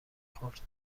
خورد